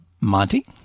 Monty